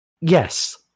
Yes